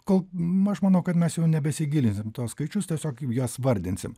kol aš manau kad mes jau nebesigilinsim į tuos skaičius tiesiog juos vardinsim